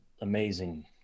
amazing